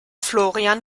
florian